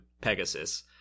Pegasus